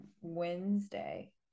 wednesday